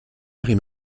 marie